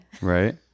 Right